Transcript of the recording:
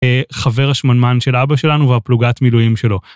חבר השמנמן של אבא שלנו והפלוגת מילואים שלו.